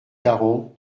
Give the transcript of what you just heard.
quarante